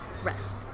rest